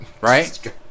Right